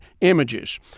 images